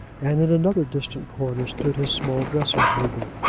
and in another distant corner stood his small dressing-table.